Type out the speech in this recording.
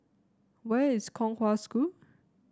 where is Kong Hwa School